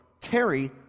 Terry